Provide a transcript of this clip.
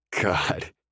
God